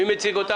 מי מציג?